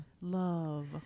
love